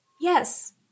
Yes